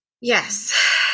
Yes